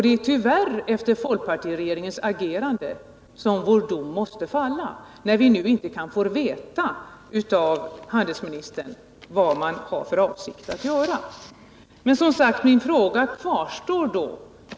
Det är tyvärr med ledning av folkpartiets agerande som vår dom måste falla, när vi nu inte kan få veta av handelsministern vilka avsikter regeringen har.